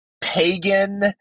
pagan